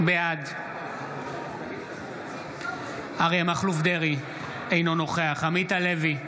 בעד אריה מכלוף דרעי, אינו נוכח עמית הלוי,